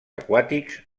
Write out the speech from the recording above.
aquàtics